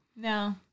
No